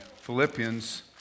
Philippians